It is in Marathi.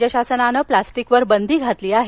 राज्य शासनाने प्लास्टीकवर बंदी घातली आहे